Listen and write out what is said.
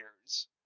years